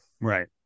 Right